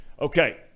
Okay